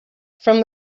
from